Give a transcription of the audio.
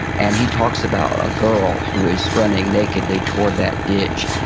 and he talks about a girl who is running nakedly towards that ditch,